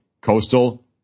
Coastal